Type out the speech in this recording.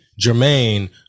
Jermaine